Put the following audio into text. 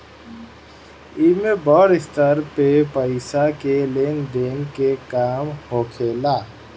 एमे बड़ स्तर पे पईसा के लेन देन के काम होखेला